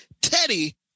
Teddy